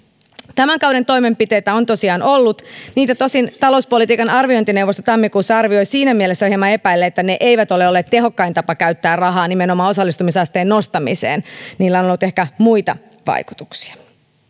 tämän kauden toimenpiteitä on tosiaan ollut niitä tosin talouspolitiikan arviointineuvosto tammikuussa arvioi siinä mielessä hieman epäillen että ne eivät ole olleet tehokkain tapa käyttää rahaa nimenomaan osallistumisasteen nostamiseen niillä on ollut ehkä muita vaikutuksia